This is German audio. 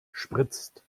spritzt